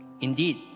Indeed